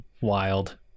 wild